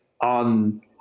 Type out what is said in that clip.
on